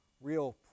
real